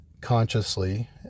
consciously